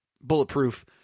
bulletproof –